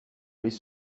les